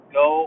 go